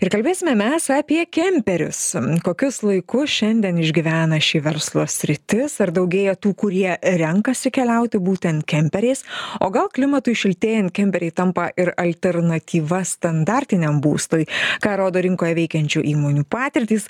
ir kalbėsime mes apie kemperius kokius laikus šiandien išgyvena ši verslo sritis ar daugėja tų kurie renkasi keliauti būtent kemperiais o gal klimatui šiltėjant kemperiai tampa ir alternatyva standartiniam būstui ką rodo rinkoje veikiančių įmonių patirtys